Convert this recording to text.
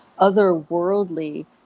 otherworldly